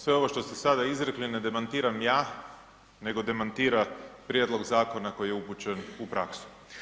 Sve ovo što ste sada izrekli, ne demantiram ja nego demantira prijedlog zakona koji je upućen u praksu.